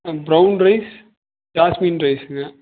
ah brown rice jasmine ரைஸ்ங்க